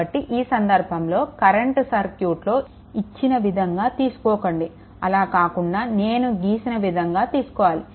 కాబట్టి ఈ సందర్భంలో కరెంట్ సర్క్యూట్లో ఇచ్చిన విధంగా తీసుకోకండి అలా కాకుండా నేను గీసిన విధంగా తీసుకోవాలి